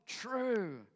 true